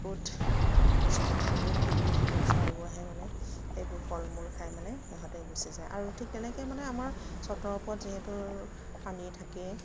বহুত চ বহুত ধৰণৰ চৰাইবোৰ আহে মানে সেইবোৰ ফল মূল খাই মানে সিহঁতে গুচি যায় আৰু ঠিক তেনেকৈ মানে আমাৰ চটৰ ওপৰত যিহেতু পানী থাকেই